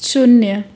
शून्य